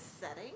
setting